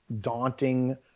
daunting